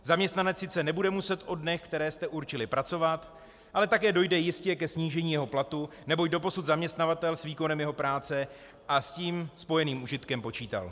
Zaměstnanec sice nebude muset o dnech, které jste určili, pracovat, ale také dojde jistě ke snížení jeho platu, neboť doposud zaměstnavatel s výkonem jeho práce a s tím spojeným užitkem počítal.